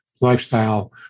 lifestyle